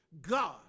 God